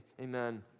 amen